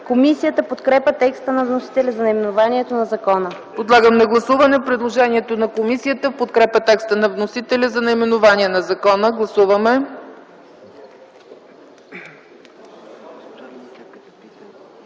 Комисията подкрепя текста на вносителя за наименованието на закона. ПРЕДСЕДАТЕЛ ЦЕЦКА ЦАЧЕВА: Подлагам на гласуване предложението на комисията в подкрепа текста на вносителя за наименование на закона. Гласували